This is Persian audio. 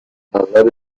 اغلب